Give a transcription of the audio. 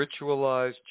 ritualized